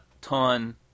ton